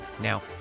Now